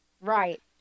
Right